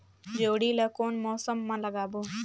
जोणी ला कोन मौसम मा लगाबो?